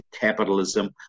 capitalism